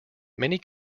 many